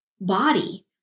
body